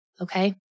Okay